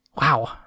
Wow